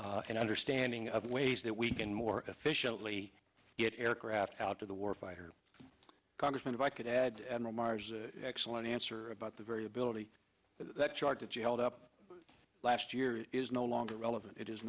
an understanding of ways that we can more efficiently get aircraft out of the war fighter congressman if i could add excellent answer about the variability that chart that you held up last year is no longer relevant it is